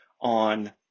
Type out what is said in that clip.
on